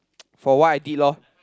for what I did lor